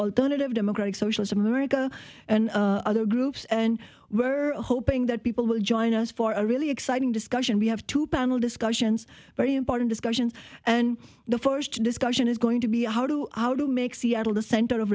alternative democratic socialism or go and other groups and we're hoping that people will join us for a really exciting discussion we have to panel discussions very important discussions and the first discussion is going to be how do you make seattle the center of